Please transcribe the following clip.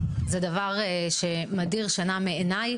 זה דבר שמדיר שינה מעיניי,